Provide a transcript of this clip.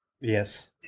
Yes